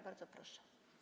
Bardzo proszę.